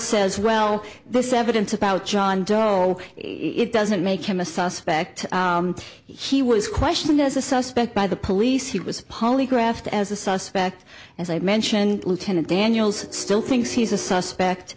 says well this evidence about john doe doesn't make him a suspect he was questioned as a suspect by the police he was polygraphed as a suspect as i mentioned lieutenant daniels still thinks he's a suspect